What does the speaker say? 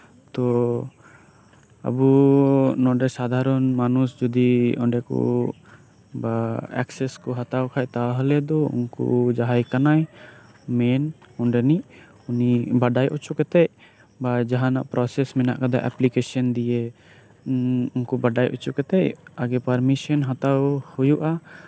ᱛᱳ ᱟᱵᱚ ᱥᱟᱫᱷᱟᱨᱚᱱ ᱢᱟᱱᱩᱥ ᱡᱚᱫᱚ ᱚᱱᱰᱮ ᱠᱚ ᱵᱟ ᱮᱠᱥᱮᱥ ᱠᱚ ᱦᱟᱛᱟᱣ ᱠᱷᱟᱱ ᱛᱟᱦᱞᱮ ᱫᱚ ᱩᱱᱤ ᱡᱟᱸᱦᱟᱭ ᱠᱟᱱᱟᱭ ᱢᱮᱱ ᱚᱱᱰᱮᱱᱤᱡ ᱩᱱᱤ ᱵᱟᱰᱟᱭ ᱦᱚᱪᱚ ᱠᱟᱛᱮᱜ ᱵᱟ ᱡᱟᱸᱦᱟᱱᱟᱜ ᱯᱨᱚᱥᱮᱥ ᱢᱮᱱᱟᱜ ᱠᱟᱫᱟ ᱮᱯᱞᱤᱠᱮᱥᱚᱱ ᱫᱤᱭᱮ ᱟᱜᱮ ᱯᱟᱨᱢᱤᱥᱮᱱ ᱦᱟᱛᱟᱣ ᱦᱩᱭᱩᱜᱼᱟ